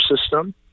system